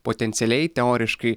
potencialiai teoriškai